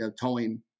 towing